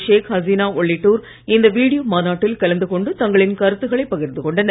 ஷேக் ஹசீனா உள்ளிட்டோர் இந்த வீடியோ மாநாட்டில் கலந்து கொண்டு தங்களின் கருத்துகளை பகிர்ந்து கொண்டனர்